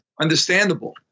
understandable